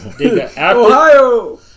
Ohio